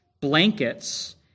blankets